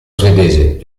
svedese